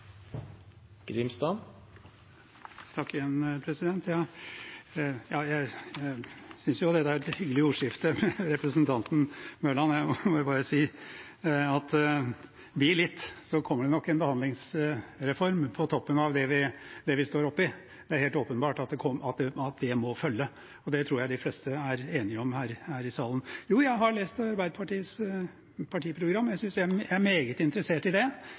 Jeg synes dette var et hyggelig ordskifte med representanten Mørland, det må jeg bare si. Det kommer nok en behandlingsreform på toppen av det vi står oppe i, det er helt åpenbart at det må følge, og det tror jeg de fleste er enige om her i salen. Jo, jeg har lest Arbeiderpartiets partiprogram. Jeg er meget interessert i det,